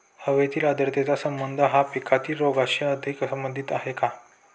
हवेतील आर्द्रतेचा संबंध हा पिकातील रोगांशी अधिक संबंधित आहे का?